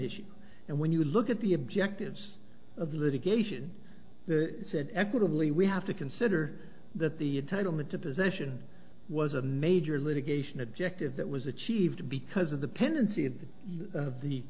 issue and when you look at the objectives of the litigation said equitably we have to consider that the title into possession was a major litigation objective that was achieved because of the tendency of